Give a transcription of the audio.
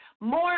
More